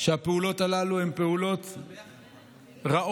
שהפעולות הללו הן פעולות רעות,